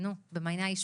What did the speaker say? במעייני הישועה,